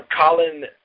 Colin